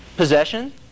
Possession